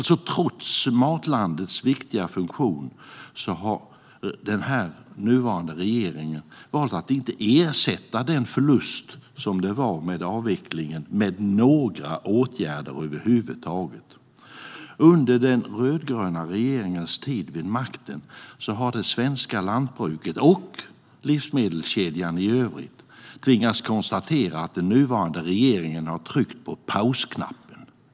Trots Matlandets viktiga funktion har den nuvarande regeringen valt att inte ersätta den förlust som avvecklingen innebar med några åtgärder över huvud taget. Under den rödgröna regeringens tid vid makten har det svenska lantbruket, och livsmedelskedjan i övrigt, tvingats att konstatera att den nuvarande regeringen har tryckt på pausknappen.